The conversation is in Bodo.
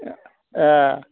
ए ए